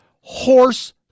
horse